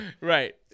right